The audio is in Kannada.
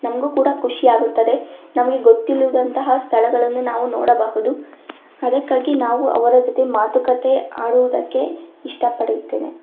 ನಮಗೂ ಕೂಡ ಖುಷಿ ಆಗುತ್ತದೆ ನಮಗೆ ಗೊತ್ತಿಲ್ಲದಂತಹ ಸ್ಥಳಗಳನ್ನು ನಾವು ನೋಡಬಹುದು ಅದಕ್ಕಾಗಿ ನಾವು ಅವರ ಜೊತೆ ಮಾತುಕತೆ ಆಡುವುದಕ್ಕೆ ಇಷ್ಟಪಡುತ್ತೇನೆ